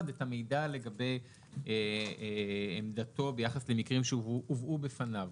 את המידע לגבי עמדתו ביחס למקרים שהובאו בפניו.